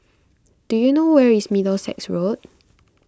do you know where is Middlesex Road